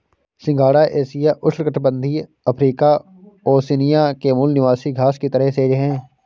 सिंघाड़ा एशिया, उष्णकटिबंधीय Africa, Oceania के मूल निवासी घास की तरह सेज है